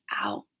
out